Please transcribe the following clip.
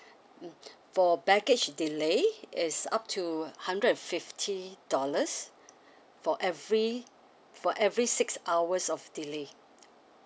mm for baggage delay is up to hundred and fifty dollars for every for every six hours of delay